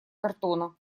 картона